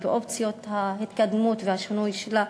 ואופציות ההתקדמות והשינוי שלה.